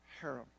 harem